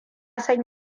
san